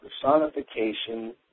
personification